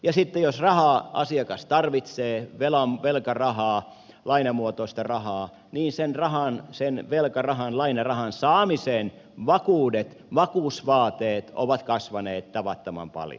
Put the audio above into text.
ja sitten jos asiakas tarvitsee velkarahaa lainamuotoista rahaa niin sen rahan sen velkarahan lainarahan saamiseen vakuudet vakuusvaateet ovat kasvaneet tavattoman paljon